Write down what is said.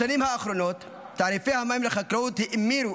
בשנים האחרונות תעריפי המים לחקלאות האמירו